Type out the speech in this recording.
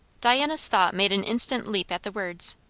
diana's thought made an instant leap at the words,